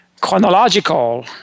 chronological